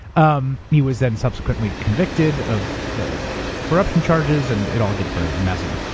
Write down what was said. um he was then subsequently convicted of corruption charges, and it all gets very messy.